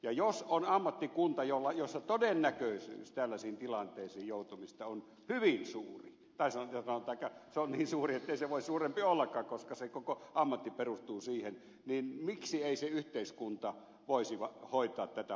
ja jos on ammattikunta jossa todennäköisyys tällaisiin tilanteisiin joutumisesta on hyvin suuri tai sanotaan että se on niin suuri ettei se voi suurempi ollakaan koska se koko ammatti perustuu siihen niin miksi ei yhteiskunta voisi hoitaa tätä asiaa kuntoon